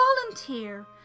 Volunteer